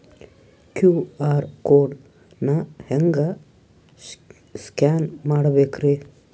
QR code ನಾ ಹೆಂಗ scan ಮಾಡಬೇಕ್ರಿ?